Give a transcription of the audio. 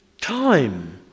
time